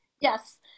Yes